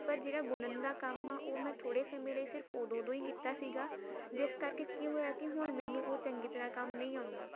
ਪਰ ਜਿਹੜਾ ਬੁਣਨ ਦਾ ਕੰਮ ਆ ਉਹ ਮੈਂ ਥੋੜ੍ਹੇ ਸਮੇਂ ਲਈ ਸਿਰਫ ਉਦੋਂ ਉਦੋਂ ਹੀ ਕੀਤਾ ਸੀਗਾ ਜਿਸ ਕਰਕੇ ਕੀ ਹੋਇਆ ਕਿ ਹੁਣ ਮੈਨੂੰ ਉਹ ਚੰਗੀ ਤਰ੍ਹਾਂ ਕੰਮ ਨਹੀਂ ਆਉਂਦਾ